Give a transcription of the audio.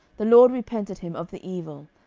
the lord repented him of the evil,